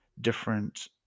different